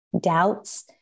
doubts